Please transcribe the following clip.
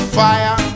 fire